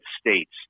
states